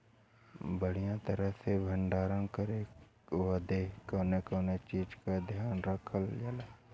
बढ़ियां तरह से भण्डारण करे बदे कवने कवने चीज़ को ध्यान रखल जा?